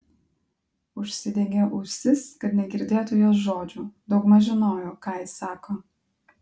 užsidengė ausis kad negirdėtų jos žodžių daugmaž žinojo ką ji sako